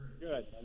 Good